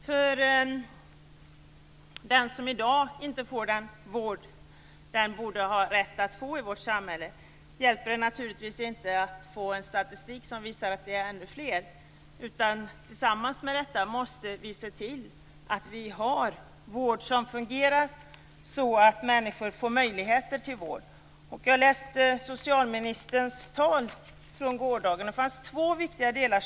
För den som i dag inte får den vård som vi borde ha rätt till i vårt samhälle hjälper det naturligtvis inte att få en statistik som visar att flera är i samma belägenhet. Vi måste också se till att ha en vård som fungerar, så att människor får möjligheter till vård. Jag har läst socialministerns gårdagstal, och jag saknade i det två viktiga inslag.